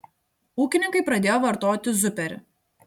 ūkininkai pradėjo vartoti zuperį